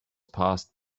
passed